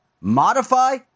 modify